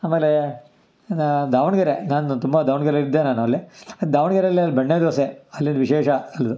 ಆಮೇಲೆ ಏನೂ ದಾವಣಗೆರೆ ನಾನು ತುಂಬ ದಾವಣಗೆರೆಲಿದ್ದೆ ನಾನು ಅಲ್ಲಿ ದಾವಣಗೆರೆಲ್ಲಿ ಅಲ್ಲಿ ಬೆಣ್ಣೆ ದೋಸೆ ಅಲ್ಲಿನ ವಿಶೇಷ ಅದು